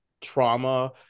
trauma